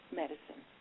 medicine